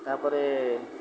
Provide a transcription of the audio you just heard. ତାପରେ